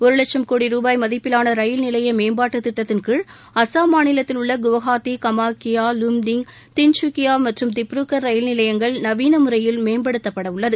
ஒரு வட்சம் கோடி ரூபாய் மதிப்பிலான ரயில் நிலைய மேம்பாட்டு திட்டத்தின் கீழ் அசாம் மாநிலத்தில் உள்ள குவாஹாத்தி கமாகியா லும்டிங் தின்ஸ்சுக்கியா மற்றும் திப்ருகார் ரயில் நிலையங்கள் நவீன முறையில் மேம்படுத்தப்பட உள்ளது